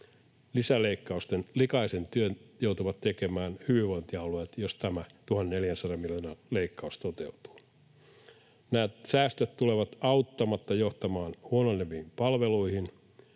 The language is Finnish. Lisäleikkausten likaisen työn joutuvat tekemään hyvinvointialueet, jos tämä 1 400 miljoonan leikkaus toteutuu. Nämä säästöt tulevat auttamatta johtamaan huononeviin palveluihin,